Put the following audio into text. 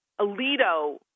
Alito